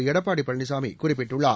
எடப்பாடி பழனிசாமி குறிப்பிட்டுள்ளார்